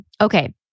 okay